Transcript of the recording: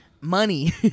money